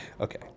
Okay